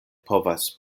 povas